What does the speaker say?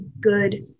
good